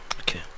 Okay